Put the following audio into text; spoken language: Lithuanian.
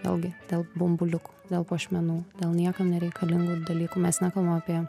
vėlgi dėl bumbuliukų dėl puošmenų dėl niekam nereikalingų dalykų mes nekalbam apie